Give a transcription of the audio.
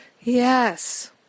Yes